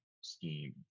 scheme